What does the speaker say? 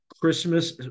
Christmas